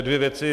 Dvě věci.